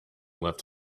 left